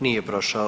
Nije prošao.